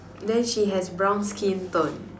then she has brown skin tone